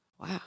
Wow